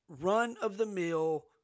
run-of-the-mill